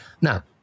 Now